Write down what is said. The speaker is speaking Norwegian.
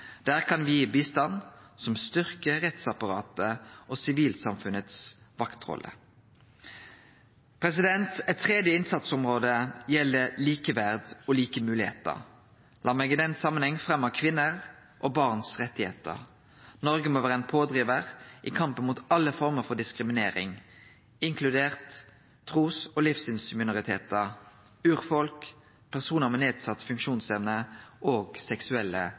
Der kan me gi bistand som styrkjer rettsapparatet og sivilsamfunnets vaktrolle. Eit tredje innsatsområde gjeld likeverd og like moglegheiter. Lat meg i den samanhengen framheve kvinners og barns rettar. Noreg må vere ein pådrivar i kampen mot alle former for diskriminering, inkludert diskriminering av trus- og livssynsminoritetar, urfolk, personar med nedsett funksjonsevne og seksuelle